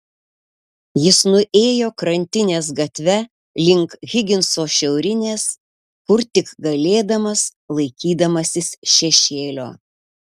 jis nuėjo krantinės gatve link higinso šiaurinės kur tik galėdamas laikydamasis šešėlio